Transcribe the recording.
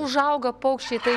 užauga paukščiai tai